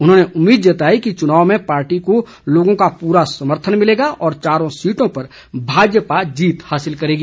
उन्होंने उम्मीद जताई कि चुनाव में पार्टी को लोगों का पूरा समर्थन मिलेगा और चारों सीटों पर भाजपा जीत हासिल करेगी